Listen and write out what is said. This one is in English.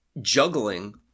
juggling